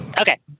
Okay